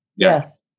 Yes